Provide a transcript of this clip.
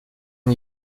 une